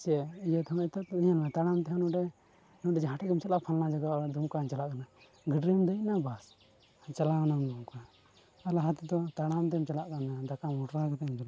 ᱪᱮᱫ ᱤᱭᱟᱹ ᱛᱮ ᱦᱚᱸ ᱱᱮᱛᱟᱨ ᱫᱚ ᱛᱟᱲᱟᱢ ᱛᱮ ᱦᱚᱸ ᱱᱚᱰᱮ ᱡᱟᱦᱟᱸ ᱴᱷᱮᱱ ᱜᱮᱢ ᱪᱟᱞᱟᱜᱼᱟ ᱯᱷᱟᱞᱱᱟ ᱡᱟᱭᱜᱟ ᱟᱨ ᱫᱩᱢᱠᱟᱧ ᱪᱟᱞᱟᱜ ᱠᱟᱱᱟ ᱜᱟᱹᱰᱤ ᱨᱮᱢ ᱫᱮᱡᱱᱟ ᱵᱟᱥ ᱟᱨ ᱪᱟᱞᱟᱣᱱᱟᱢ ᱫᱩᱢᱠᱟ ᱟᱨ ᱞᱟᱦᱟ ᱛᱮᱫᱚ ᱛᱟᱲᱟᱢ ᱛᱮᱢ ᱪᱟᱞᱟᱜ ᱠᱟᱱ ᱛᱟᱦᱮᱱᱟ ᱫᱟᱠᱟ ᱢᱚᱴᱨᱟ ᱠᱟᱛᱫ ᱮᱢ ᱪᱟᱞᱟᱜ ᱠᱟᱱ ᱛᱟᱦᱮᱱᱟ